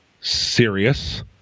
serious